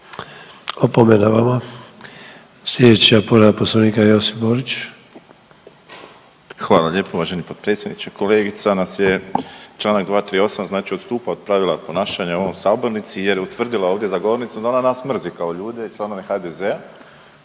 Opomena vama. Sljedeća povreda poslovnika Josip Borić. **Borić, Josip (HDZ)** Hvala lijepo uvaženi potpredsjedniče. Kolegica nas je čl. 238.znači odstupa od pravila ponašanja u ovoj sabornici jer je utvrdila za ovom govornicom da ona nas mrzi kao ljude i članove HDZ-a